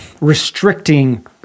restricting